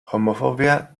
homophobia